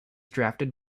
drafted